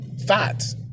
thoughts